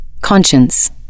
Conscience